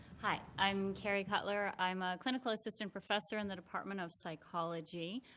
hi, i'm carrie cuttler. i'm a clinical assistant professor in the department of psychology.